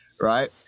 right